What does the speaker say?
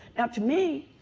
now to me,